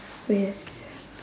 with